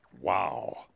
Wow